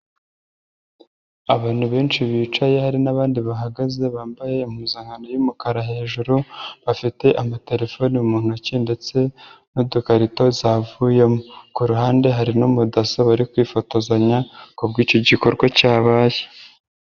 Abantu benshi bicaye hari n'abandi bahagaze bambaye impuzankano y'umukara hejuru bafite amatelefone mu ntoki ndetse n'udukarito zavuyemo, ku ruhande hari n b'umudaso bari kwifotozanya kubw'icyo gikorwa cyabaye.